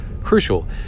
crucial